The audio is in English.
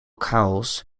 cowles